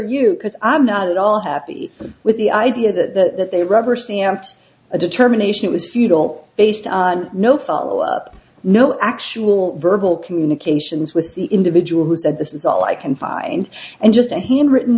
you because i'm not at all happy with the idea that they rubber stamped a determination was futile based on no follow up no actual verbal communications with the individual who said this is all i can find and just a handwritten